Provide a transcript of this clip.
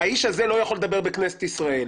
האיש הזה לא יכול לדבר בכנסת ישראל.